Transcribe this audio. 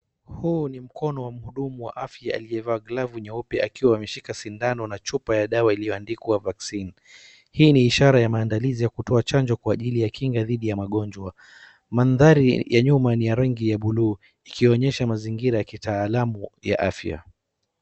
Huu ni mkono wa mhudumu wa afya aliyevaa glavu nyeupe akiwa ameshika sindano na chupa ya dawa iliyoandikwa vaccine . Hii ni ishara ya maandalizi ya kutoa chanjo kwa ajili ya kinga dhidi ya magonjwa. Mandhari ya nyuma ni ya rangi ya buluu, ikionyesha mazingira ya kitaalamu ya afya.